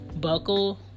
buckle